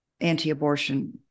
anti-abortion